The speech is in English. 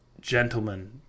gentlemen